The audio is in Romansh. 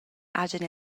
hagien